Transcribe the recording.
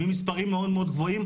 ממספרים מאוד מאוד גבוהים.